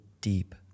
deep